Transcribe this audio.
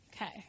Okay